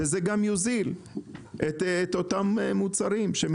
וזה יוזיל את אותם המוצרים.